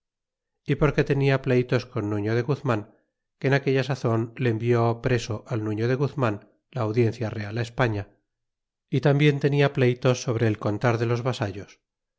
y porque tenia pleytos con nuño de guzman que en aquella sazon le envió preso al niño de guzman la audiencia real españa y tambien tenia pleytos sobre el contar de los vasallos